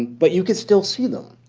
but you could still see them.